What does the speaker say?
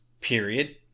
period